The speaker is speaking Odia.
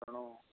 ତେଣୁ